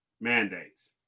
mandates